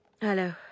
Hello